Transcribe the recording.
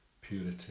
purity